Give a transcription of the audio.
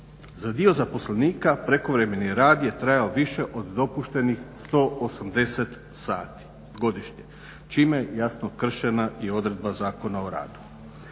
Za dio zaposlenika prekovremeni rad je trajao više od dopuštenih 180 sati godišnje čime je jasno kršena i odredba Zakona o radu.